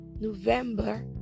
November